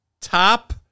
top